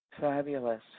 Fabulous